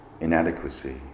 inadequacy